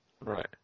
Right